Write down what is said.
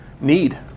need